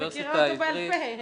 מכירה אותו בעל פה.